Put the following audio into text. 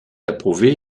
approuvé